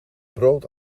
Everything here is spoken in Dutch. brood